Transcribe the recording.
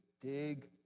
dig